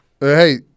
Hey